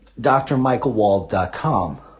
drmichaelwald.com